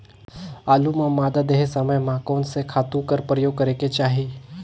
आलू ल मादा देहे समय म कोन से खातु कर प्रयोग करेके चाही?